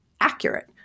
accurate